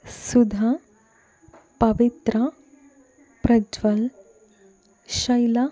Sudha Pavitra Prajwal Shaila